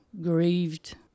grieved